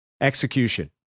execution